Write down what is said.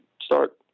start